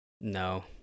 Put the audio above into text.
no